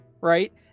right